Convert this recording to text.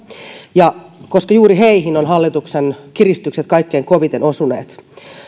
koska juuri heihin hallituksen kiristykset ovat kaikkein koviten osuneet